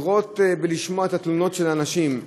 לראות ולשמוע את התלונות של אנשים,